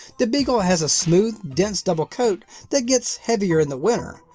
the beagle has a smooth, dense double coat that gets heavier in the winter,